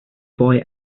boy